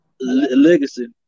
legacy